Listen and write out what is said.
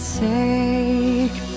take